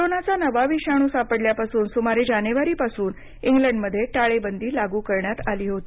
कोरोनाचा नवा विषाणू सापडल्यापासून सुमारे जानेवारीपासून इंग्लंडमध्ये टाळेबंदी लागू करण्यात आली होती